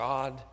God